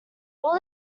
all